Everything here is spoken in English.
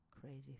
crazy